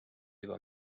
juba